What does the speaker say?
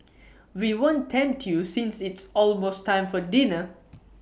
we won't tempt you since it's almost time for dinner